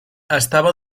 estava